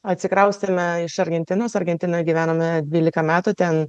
atsikraustėme iš argentinos argentinoj gyvenome dvylika metų ten